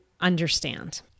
understand